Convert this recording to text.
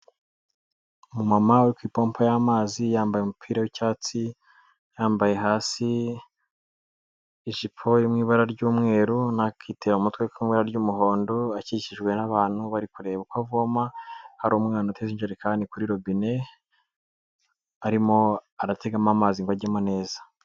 Umumama uri ku ipompo y'amazi yambaye umupira w'icyatsi, yambaye hasi ijipo iri mu ibara ry'umweru n'akitero mu mutwe kari mu ibara ry'umuhondo, akikijwe n'abantu bari kureba uko avoma, hari umwana uteza ijekani kuri robine, arimo arategamo amazi ngo ajyemo neza.